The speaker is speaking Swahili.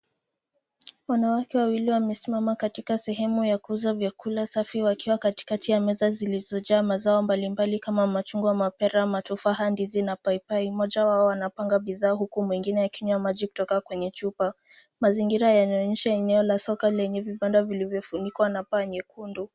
Wanawake wawili wamesimama katika sehemu ya kuuza vyakula safi wakiwa katikati ya meza zilizojaa mazao mbalimbali kama machungwa mapera matufaha, ndizi na paipai, moja wao anapanga bidhaa huku mwingine akinywa maji kutoka kwenye chupa. Mazingira yanaonyesha eneo la soko lenye vibanda vilivyofunikwa na paa nyekundu.